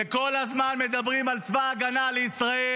וכל הזמן מדברים על צבא ההגנה לישראל